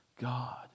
God